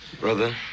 Brother